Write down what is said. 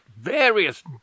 various